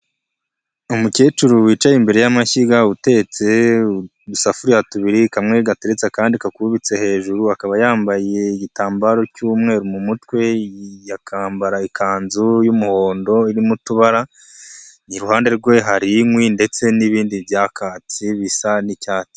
Umukecuru wicaye imbere y'amashyiga utetse, udusafuriya tubiri kamwe gateretse akandi kakubitse hejuru, akaba yambaye igitambaro cy'umweru mu mutwe, akambara ikanzu y'umuhondo irimo utubara, iruhande rwe hari inkwi ndetse n'ibindi byakatsi bisa n'icyatsi.